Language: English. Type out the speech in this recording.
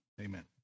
amen